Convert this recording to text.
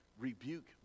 rebuke